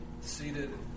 seated